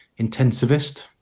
intensivist